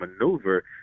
maneuver